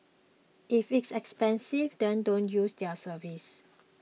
if it's expensive then don't use their service